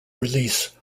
release